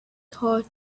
thought